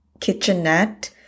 kitchenette